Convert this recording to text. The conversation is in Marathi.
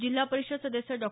जिल्हा परिषद सदस्य डॉ